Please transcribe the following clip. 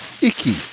Icky